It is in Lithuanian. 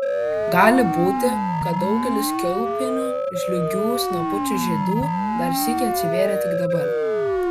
gali būti kad daugelis kiaulpienių žliūgių snapučių žiedų dar sykį atsivėrė tik dabar